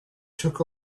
took